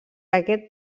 aquest